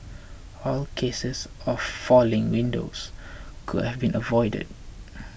all cases of falling windows could have been avoided